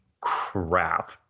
crap